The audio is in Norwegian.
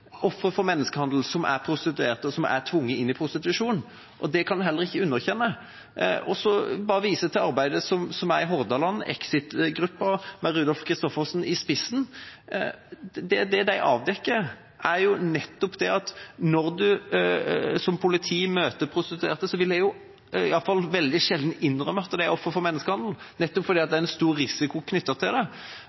for menneskehandel som er prostituerte, og som er tvunget inn i prostitusjon. Det kan vi heller ikke underkjenne. Jeg vil bare vise til det arbeidet som gjøres i Hordaland av Exit-gruppen, med Rudolf Christoffersen i spissen. Det de avdekker, er at når en som politi møter prostituerte, vil disse iallfall veldig sjelden innrømme at de er ofre for menneskehandel, nettopp fordi det er en stor risiko knyttet til det.